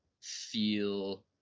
feel